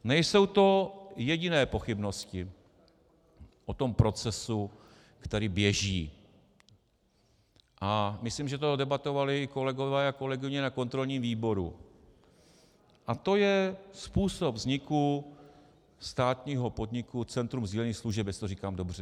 Nejsou to jediné pochybnosti o tom procesu, který běží, a myslím, že to debatovali i kolegové a kolegyně na kontrolním výboru, a to je způsob vzniku státního podniku Centrum sdílených služeb, jestli to říkám dobře.